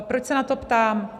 Proč se na to ptám?